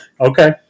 Okay